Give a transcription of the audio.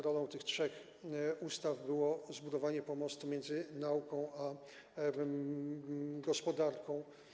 Rolą tych trzech ustaw było zbudowanie pomostu między nauką a gospodarką.